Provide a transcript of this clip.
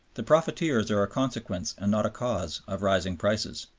the profiteers are a consequence and not a cause of rising prices.